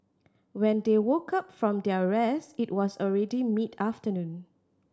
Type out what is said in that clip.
when they woke up from their rest it was already mid afternoon